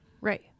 Right